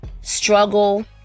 struggle